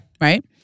Right